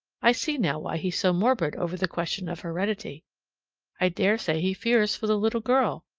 i see now why he's so morbid over the question of heredity i dare say he fears for the little girl.